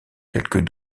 quelques